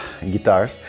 guitars